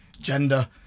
gender